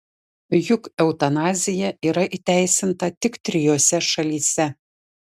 juk eutanazija yra įteisinta tik trijose šalyse